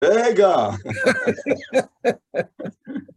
רגע!